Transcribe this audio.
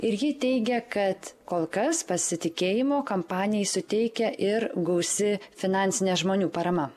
ir ji teigia kad kol kas pasitikėjimo kampanijai suteikia ir gausi finansinė žmonių parama